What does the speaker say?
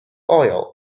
oil